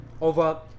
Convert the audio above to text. over